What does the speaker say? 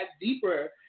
deeper